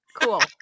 cool